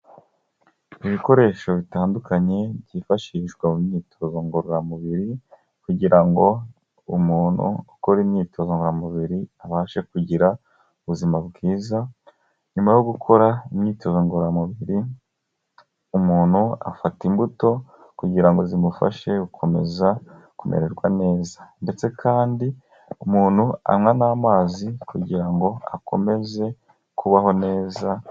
Ibikoresho bitandukanye byifashishwa mu myitozo ngororamubiri kugira ngo umuntu ukora imyitozo ngororamubiri abashe kugira ubuzima bwiza. Nyuma yo gukora imyitozo ngororamubiri umuntu afata imbuto kugira ngo zimufashe gukomeza kumererwa neza ndetse kandi umuntu anywa n'amazi kugira ngo akomeze kubaho neza.